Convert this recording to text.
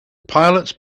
pilots